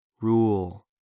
rule